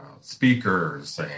speakers